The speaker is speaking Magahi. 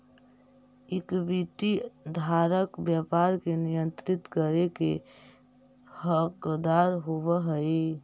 इक्विटी धारक व्यापार के नियंत्रित करे के हकदार होवऽ हइ